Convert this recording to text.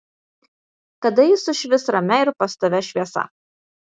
kada ji sušvis ramia ir pastovia šviesa